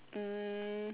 um